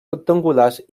rectangulars